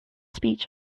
speech